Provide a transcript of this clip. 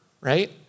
right